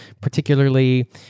particularly